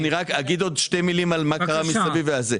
אני אגיד עוד שתי מילים על מה קרה מסביב, ואז זה.